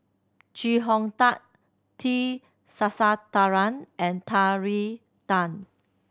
Chee Hong Tat T Sasitharan and Terry Tan